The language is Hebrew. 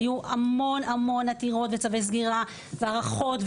היו המון עתירות וצווי סגירה והארכות,